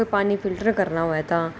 पानी फिल्टर करना होऐ तां